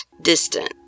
distant